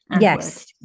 yes